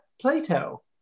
Plato